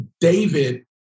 David